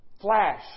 flash